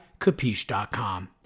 Capiche.com